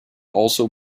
also